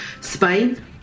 Spain